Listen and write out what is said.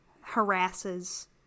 harasses